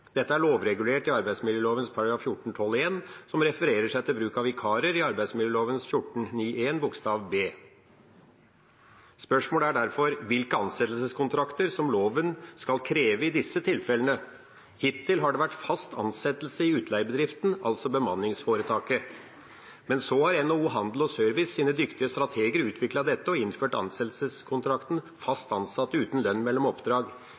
Dette er lovregulert i arbeidsmiljøloven § 14-12 , som refererer seg til bruk av vikarer i arbeidsmiljøloven § 14-9 b. Spørsmålet er derfor hvilke ansettelseskontrakter som loven skal kreve i disse tilfellene. Hittil har det vært fast ansettelse i utleiebedriften, altså bemanningsforetaket. Men så har NHO Service og Handel sine dyktige strateger utviklet dette og innført ansettelseskontrakten «fast ansatt uten lønn mellom oppdrag».